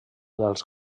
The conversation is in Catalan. dels